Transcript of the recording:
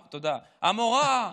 המורה,